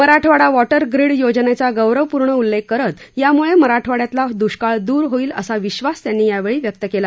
Marathwada water grid योजनेचा गौरवपूर्ण उल्लेख करत यामुळे मराठवाड्यातला द्वष्काळ द्र होईल असा विश्वास त्यांनी यावेळी व्यक्त केला